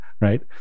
right